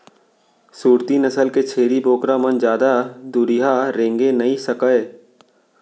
सूरती नसल के छेरी बोकरा मन जादा दुरिहा रेंगे नइ सकय